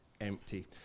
empty